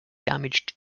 damaged